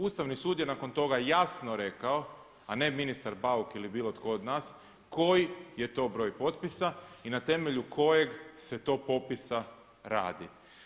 Ustavni sud je nakon toga jasno rekao, a ne ministar Bauk ili bilo tko od nas koji je to broj potpisa i na temelju kojeg se to popisa radi.